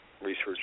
research